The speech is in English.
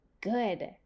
good